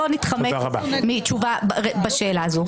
לא נתחמק מתשובה בשאלה הזאת.